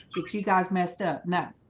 but you guys messed up no,